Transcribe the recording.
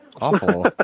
Awful